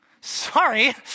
sorry